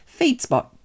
Feedspot